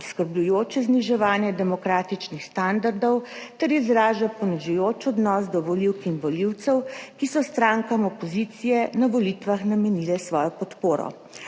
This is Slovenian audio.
zaskrbljujoče zniževanje demokratičnih standardov ter izraža ponižujoč odnos do volivk in volivcev, ki so strankam opozicije na volitvah namenili svojo podporo.